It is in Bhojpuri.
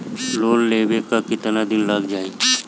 लोन लेबे ला कितना दिन लाग जाई?